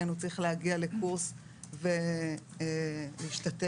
הוא צריך להגיע לקורס ולהשתתף בו.